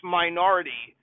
minority